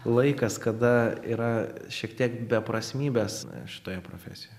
laikas kada yra šiek tiek beprasmybės šitoje profesijoje